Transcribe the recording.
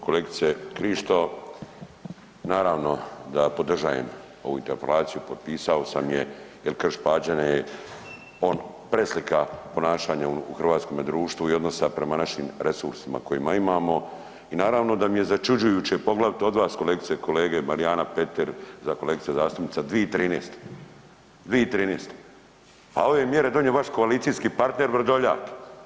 Kolegice Krišto naravno da podržajem ovu interpelaciju, potpisao jel Krš-Pađene je preslika ponašanja u hrvatskome društvu i odnosu prema našim resursima koja imamo i naravno da mi je začuđujuće poglavito od vas kolegice i kolege Marijana Petir da kolegica zastupnica 2013., a ove mjere je donio vaš koalicijski partner Vrdoljak.